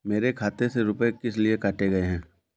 मेरे खाते से रुपय किस लिए काटे गए हैं?